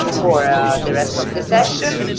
for the rest of this session.